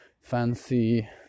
fancy